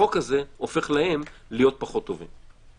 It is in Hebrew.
החוק הזה גורם להם להיות פחות טובים.